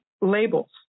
labels